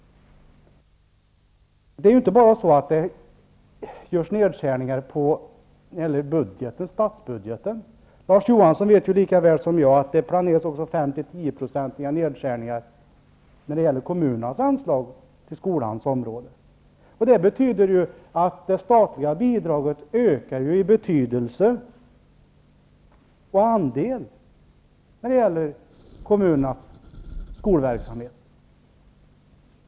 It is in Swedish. Det är ju inte bara så att det görs nedskärningar när det gäller statsbudgeten. Larz Johansson vet lika väl som jag att det också planeras 5--10-procentiga nedskärningar av kommunernas anslag till skolans område. Det medför ju att det statliga bidraget ökar i betydelse och andel när det gäller kommunernas skolverksamhet.